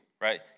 right